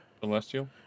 celestial